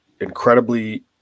incredibly –